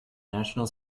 national